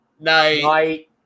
night